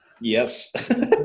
Yes